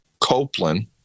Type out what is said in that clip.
Copeland